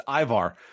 Ivar